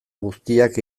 guztiak